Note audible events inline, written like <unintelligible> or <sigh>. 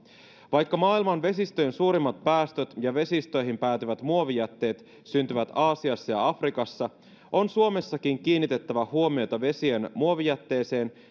vaikka maailman vesistöjen suurimmat päästöt ja vesistöihin päätyvät muovijätteet syntyvät aasiassa ja afrikassa on suomessakin kiinnitettävä huomiota vesien muovijätteeseen <unintelligible>